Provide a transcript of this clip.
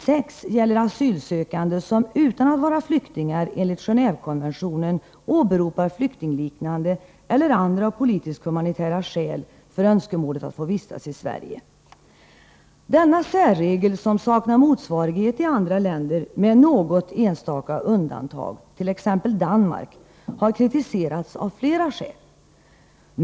6§ gäller asylsökande som utan att vara flyktingar enligt Gen&vekonventionen åberopar flyktingliknande eller andra politisk-humanitära skäl för önskemålet att få vistas i Sverige. Denna särregel, som med något enstaka undantag, t.ex. Danmark, saknar motsvarighet i andra länder, har kritiserats av flera skäl.